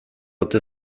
ote